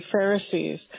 Pharisees